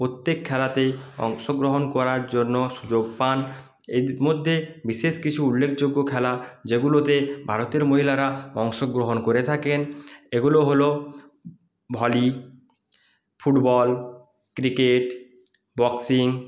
প্রত্যেক খেলাতেই অংশগ্রহণ করার জন্য সুযোগ পান এর মধ্যে বিশেষ কিছু উল্লেখযোগ্য খেলা যেগুলোতে ভারতের মহিলারা অংশগ্রহণ করে থাকেন এগুলো হল ভলি ফুটবল ক্রিকেট বক্সিং